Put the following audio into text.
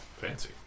fancy